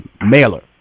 Mailer